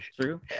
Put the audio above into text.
true